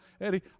Eddie